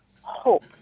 hope